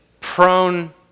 prone